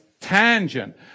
tangent